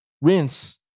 Rinse